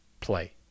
play